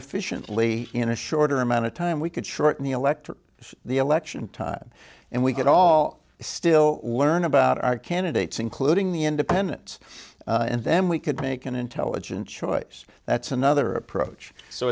efficiently in a shorter amount of time we could shorten the electorate the election time and we could all still learn about our candidates including the independents and then we could make an intelligent choice that's another approach